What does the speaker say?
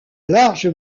large